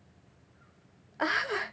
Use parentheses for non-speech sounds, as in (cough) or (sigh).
(laughs)